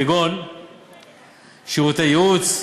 כגון שירותי ייעוץ,